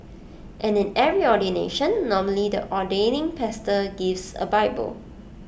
and in every ordination normally the ordaining pastor gives A bible